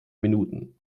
minuten